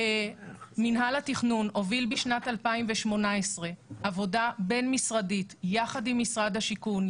מינהל התכנון הוביל בשנת 2018 עבודה בין-משרדית יחד עם משרד השיכון,